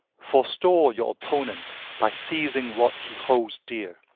forestall your opponent by seizing what he holds dear,